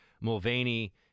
Mulvaney